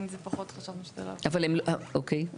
אוקיי.